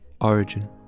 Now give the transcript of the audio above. Origin